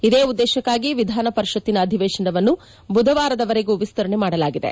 ಇದೇ ಉದ್ದೇಶಕ್ಷಾಗಿ ವಿಧಾನಪರಿಷತ್ತಿನ ಅಧಿವೇಶನವನ್ನು ಬುಧವಾರದವರೆಗೂ ವಿಸ್ತರಣೆ ಮಾಡಲಾಗಿದೆ